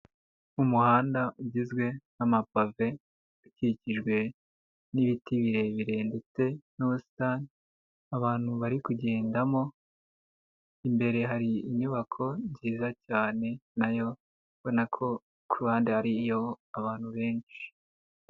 Umuhanda ugizwe n'amapave ukikijwe n'ibiti birebire ndetse n'ubusitani, abantu bari kugendamo, imbere hari inyubako nziza cyane na yo ubona ko ku ruhande hariyo abantu benshi.